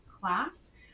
class